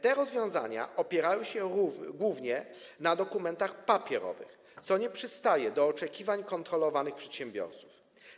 Te rozwiązania opierały się głównie na dokumentach papierowych, co nie przystaje do oczekiwań kontrolowanych przedsiębiorców.